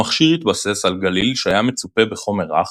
המכשיר התבסס על גליל שהיה מצופה בחומר רך,